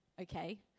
okay